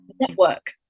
network